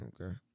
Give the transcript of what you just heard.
Okay